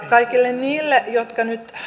kaikille niille jotka nyt